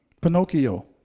Pinocchio